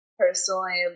personally